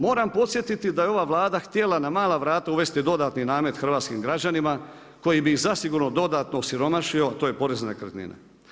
Moram podsjetiti da je ova Vlada htjela na mala vrata uvesti dodatni namet hrvatskim građanima koji bi ih zasigurno dodatno osiromašio a to je porez na nekretnine.